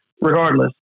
regardless